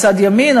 מצד ימין,